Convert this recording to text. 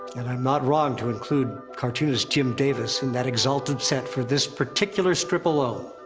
and i'm not wrong to include cartoonist jim davis in that exalted set for this particular strip alone.